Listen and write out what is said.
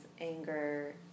anger